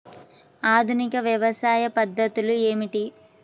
ఆధునిక వ్యవసాయ పద్ధతులు ఏమిటి?